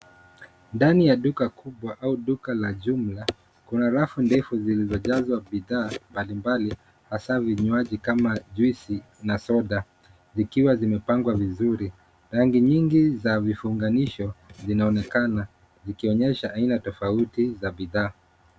Ndani ya duka kubwa au duka la jumla, kuna rafu ndefu zilizojazwa bidhaa mbali mbali, hasa, vinywaji kama, juisi na soda, zikiwa zimepangwa vizuri. Rangi nyingi za vifunganisho, zinaonekana zikionyesha aina tofauti za bidhaa.